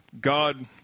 God